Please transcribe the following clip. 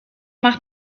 mach